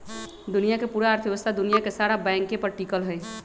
दुनिया के पूरा अर्थव्यवस्था दुनिया के सारा बैंके पर टिकल हई